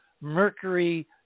Mercury